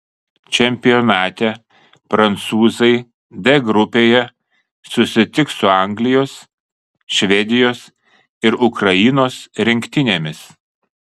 čempionate prancūzai d grupėje susitiks su anglijos švedijos ir ukrainos rinktinėmis